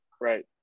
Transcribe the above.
right